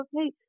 okay